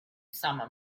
summer